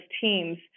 teams